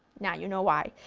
now you know why!